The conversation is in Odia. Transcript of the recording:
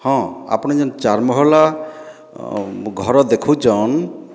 ହଁ ଆପଣ ଯେନ୍ ଚାର୍ ମହଲା ଘର ଦେଖୁଛନ୍